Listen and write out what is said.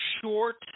short